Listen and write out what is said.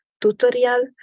tutorial